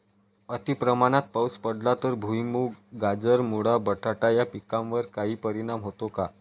अतिप्रमाणात पाऊस पडला तर भुईमूग, गाजर, मुळा, बटाटा या पिकांवर काही परिणाम होतो का?